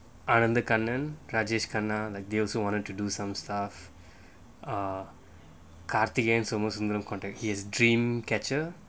anantha kannan rajesh kaana they also wanted to do some stuff ah cardigan summer similar contact he has dream catcher